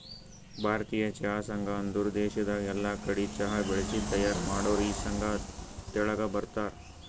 ಭಾರತೀಯ ಚಹಾ ಸಂಘ ಅಂದುರ್ ದೇಶದಾಗ್ ಎಲ್ಲಾ ಕಡಿ ಚಹಾ ಬೆಳಿಸಿ ತೈಯಾರ್ ಮಾಡೋರ್ ಈ ಸಂಘ ತೆಳಗ ಬರ್ತಾರ್